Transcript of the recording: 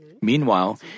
Meanwhile